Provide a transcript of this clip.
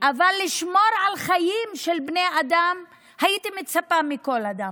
אבל לשמור על חיים של בני אדם הייתי מצפה מכל אדם.